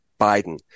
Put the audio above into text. Biden